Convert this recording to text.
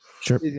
Sure